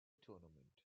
tournament